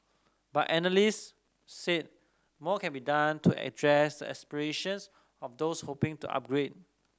but analyst said more can be done to address aspirations of those hoping to upgrade